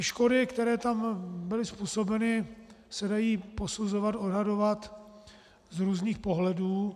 Škody, které tam byly způsobeny, se dají posuzovat, odhadovat z různých pohledů.